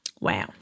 Wow